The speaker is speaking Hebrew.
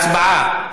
הצבעה.